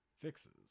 Fixes